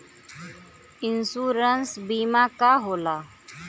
Insurance बीमा का होला?